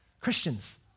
Christians